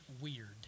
weird